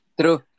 True